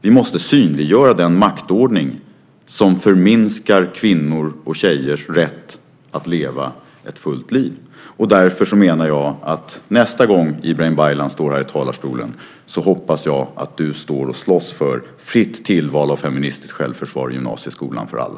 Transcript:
Vi måste synliggöra den maktordning som förminskar kvinnors och tjejers rätt att leva ett fullt liv. Därför menar jag att nästa gång Ibrahim Baylan står här i talarstolen hoppas jag att han står och slåss för fritt tillval av feministiskt självförsvar i gymnasieskolan för alla.